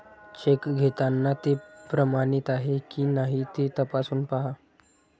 check घेताना ते प्रमाणित आहे की नाही ते तपासून पाहा